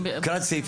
סעיף